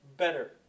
better